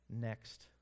next